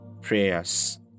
prayers